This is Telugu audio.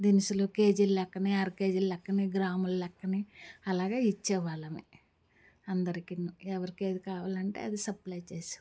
దినుసులు కేజీలు లెక్కనే అరకేజీ లెక్కనే గ్రాముల లెక్కని అలాగే ఇచ్చేవాళ్ళమే అందరికిని ఎవరికి ఏది కావాలంటే అది సప్లై చేసేవాళ్ళం